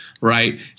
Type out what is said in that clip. right